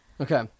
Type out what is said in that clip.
Okay